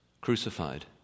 crucified